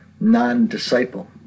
non-disciple